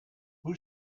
who